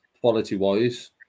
quality-wise